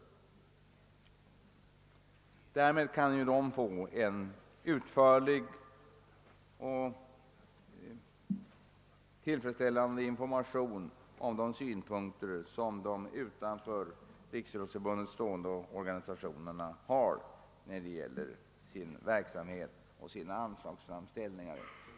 Därmed kan de ges en utförlig information om de synpunkter som de utanför Riksidrottsförbundet stående organisationerna har när det gäller sin verksamhet och sina anslagsframställningar.